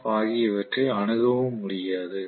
F ஆகியவற்றை அணுகவும் முடியாது